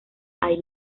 hay